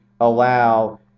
allow